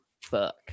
fuck